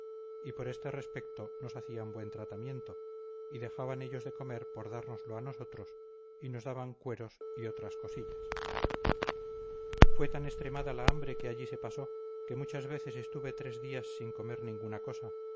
y por este respecto nos hacían buen tratamiento y dejaban ellos de comer por dárnoslo a nosotros y nos daban cueros y otras cosillas fue tan extremada la hambre que allí se pasó que muchas veces estuve tres días sin comer ninguna cosa